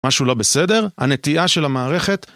משהו לא בסדר? הנטייה של המערכת